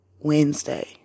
Wednesday